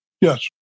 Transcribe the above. Yes